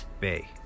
Bay